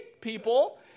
people